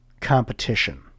competition